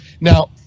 now